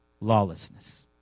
lawlessness